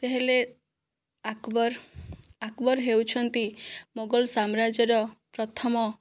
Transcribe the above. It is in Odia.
ସେ ହେଲେ ଆକବର ଆକବର ହେଉଛନ୍ତି ମୋଗଲ ସାମ୍ରାଜ୍ୟର ପ୍ରଥମ